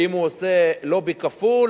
אם הוא עושה לובי כפול,